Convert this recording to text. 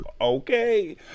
okay